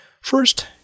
First